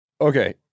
Okay